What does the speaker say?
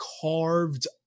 carved